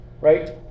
Right